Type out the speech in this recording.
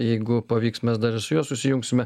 jeigu pavyks mes dar ir su juo susijungsime